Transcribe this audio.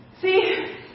See